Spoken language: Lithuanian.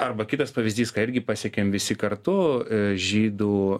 arba kitas pavyzdys ką irgi pasiekėm visi kartu žydų